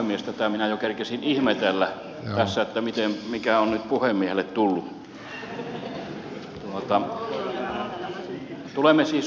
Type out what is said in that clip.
tätä minä jo kerkesin ihmetellä tässä että mikä on nyt puhemiehelle tullut